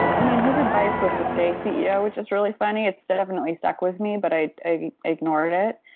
i mean, his advice was to stay ceo, which is really funny. it's definitely stuck with me but i i ignored it.